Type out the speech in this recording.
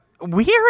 weird